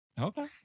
Okay